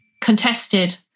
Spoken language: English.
contested